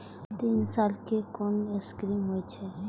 तीन साल कै कुन स्कीम होय छै?